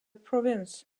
province